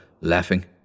laughing